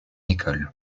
école